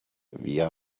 via